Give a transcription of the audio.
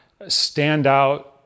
standout